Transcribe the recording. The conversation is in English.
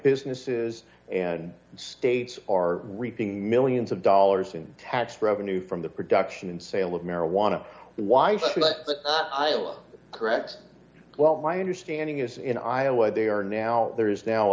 businesses and states are reaping millions of dollars in tax revenue from the production and sale of marijuana why should iowa correct well my understanding is in iowa they are now there is now